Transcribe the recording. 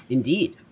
Indeed